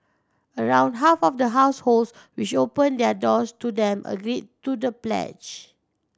around half of the households which opened their doors to them agreed to the pledge